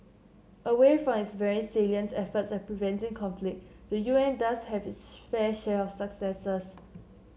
away from its very salient efforts at preventing conflict the U N does have its fair share of successes